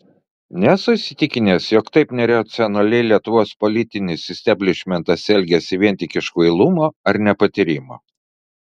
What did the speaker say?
nesu įsitikinęs jog taip neracionaliai lietuvos politinis isteblišmentas elgiasi vien tik iš kvailumo ar nepatyrimo